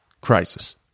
crisis